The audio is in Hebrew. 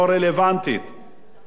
אני אומר לך, אדוני היושב-ראש,